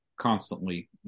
constantly